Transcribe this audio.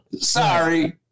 Sorry